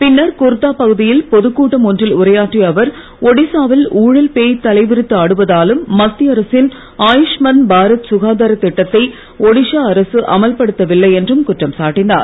பின்னர் குர்தா பகுதியில் பொதுகூட்டம் ஒன்றில் உரையாற்றிய அவர் ஒடிசாவில் ஊழல் பேய் தலைவிரித்து ஆடுவதாலும் மத்திய அரசின் ஆயுஷ்மன் பாரத் சுகாதார திட்டத்தை ஒடிசா அரசு அமல்படுத்தவில்லை என்றும் குற்றம் சாட்டினார்